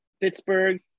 Pittsburgh